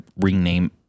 rename